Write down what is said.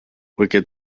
wicked